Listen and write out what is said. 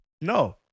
No